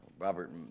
Robert